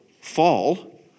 fall